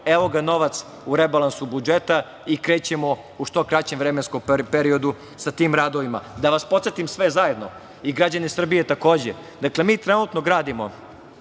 Evo ga novac u rebalansu budžeta i krećemo u što kraćem vremenskom periodu sa tim radovima. Da vas podsetim sve zajedno, i građane Srbije takođe, dakle, mi trenutno gradimo,